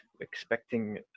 expecting